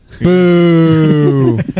Boo